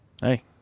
Hey